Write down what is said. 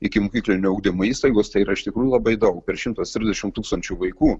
ikimokyklinio ugdymo įstaigos tai yra iš tikrųjų labai daug per šimtas trisdešimt tūkstančių vaikų